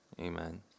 Amen